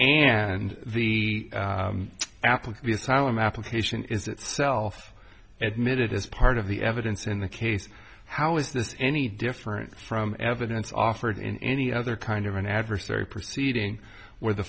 and the applicant be asylum application is itself admitted as part of the evidence in the case how is this any different from evidence offered in any other kind of an adversary proceeding where the